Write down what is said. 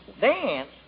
Dance